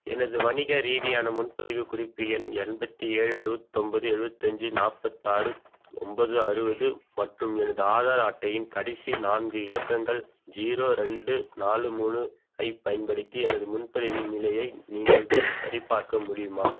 எனது வணிக ரீதியான முன்பதிவுக் குறிப்பு எண் எண்பத்தி ஏழு அறுவத்தொம்பது எழுபத்தஞ்சி நாற்பத்தாறு ஒம்பது அறுபது மற்றும் எனது ஆதார் அட்டையின் கடைசி நான்கு இலக்கங்கள் ஜீரோ ரெண்டு நாலு மூணு ஐப் பயன்படுத்தி எனது முன்பதிவின் நிலையை நீங்கள் சரிபார்க்க முடியுமா